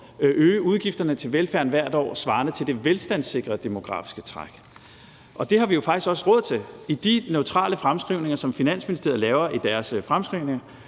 øge udgifterne til velfærden hvert år svarende til det velstandssikrede demografiske træk. Og det har vi jo faktisk også råd til. I de neutrale fremskrivninger, som Finansministeriet laver i deres fremskrivninger,